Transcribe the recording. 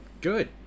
Good